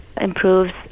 improves